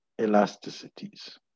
elasticities